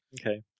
Okay